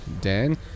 Dan